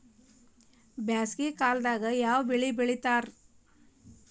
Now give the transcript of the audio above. ಬ್ಯಾಸಗಿ ಕಾಲದಾಗ ಯಾವ ಬೆಳಿ ಬೆಳಿತಾರ?